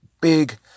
big